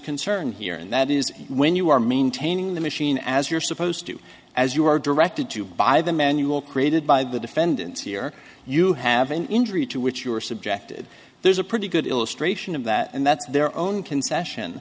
concern here and that is when you are maintaining the machine as you're supposed to as you are directed to by the manual created by the defendants here you have an injury to which you are there's a pretty good illustration of that and that's their own concession